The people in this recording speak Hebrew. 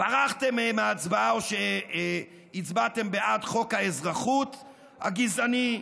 ברחתם מהצבעה או שהצבעתם בעד חוק האזרחות הגזעני,